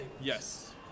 Yes